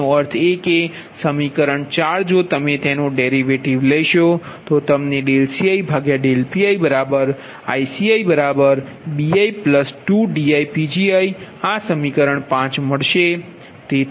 તેનો અર્થ એ કે સમીકરણ 4 જો તમે તેનો ડેરિવેટિવ લેશો તો તમને ∂Ci∂PgiICibi2diPgi આ સમીકરણ 5 મળશે